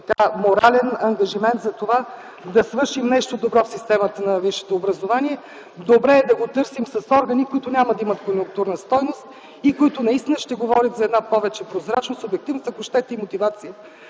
личен, морален ангажимент за това да свършим нещо добро в системата на висшето образование. Добре е да го търсим с органи, които няма да имат конюнктурна стойност и които наистина ще говорят за повече прозрачност и обективност, та ако щете и мотивация